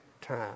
time